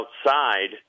outside